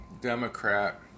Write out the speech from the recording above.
Democrat